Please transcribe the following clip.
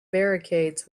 barricades